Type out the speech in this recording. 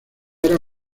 era